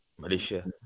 Malaysia